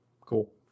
Cool